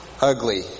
ugly